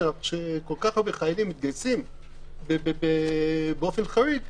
שכל כך הרבה חיילים מתגייסים באופן חריג,